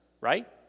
right